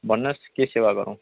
भन्नुहोस् के सेवा गरूँ